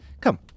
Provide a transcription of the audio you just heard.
Come